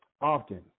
often